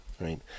right